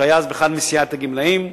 שהיה אז בסיעת הגמלאים.